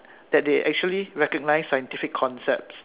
that they actually recognize scientific concepts